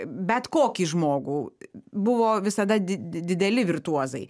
bet kokį žmogų buvo visada di dideli virtuozai